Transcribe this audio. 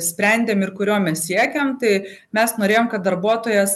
sprendėm ir kurio mes siekėm tai mes norėjom kad darbuotojas